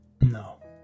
No